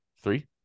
three